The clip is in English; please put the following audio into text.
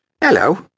Hello